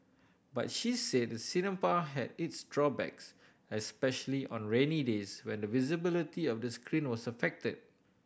but she said the cinema had its drawbacks especially on rainy days when the visibility of the screen was affected